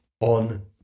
on